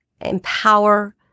empower